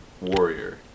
warrior